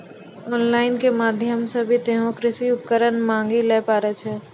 on line के माध्यम से भी तोहों कृषि उपकरण मंगाय ल पारै छौ